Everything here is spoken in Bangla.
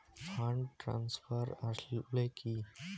ফান্ড ট্রান্সফার আসলে কী?